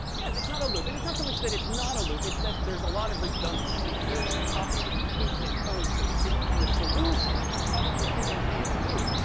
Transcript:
yeah. it's not a loop. and it's not so much that it's not a loop, it's that there's a lot of redundancy. there is copied and pasted code, so to speak. and the solution probably is indeed a loop.